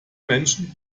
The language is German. menschen